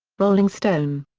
rolling stone.